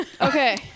Okay